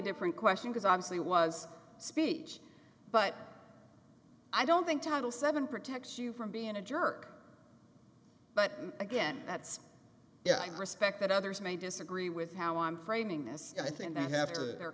different question because obviously was speech but i don't think title seven protects you from being a jerk but again that's yeah i respect that others may disagree with how i'm framing th